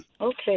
okay